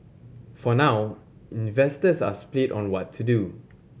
for now investors are spit on what to do